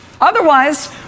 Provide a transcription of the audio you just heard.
Otherwise